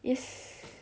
yes